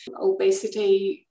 obesity